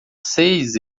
seis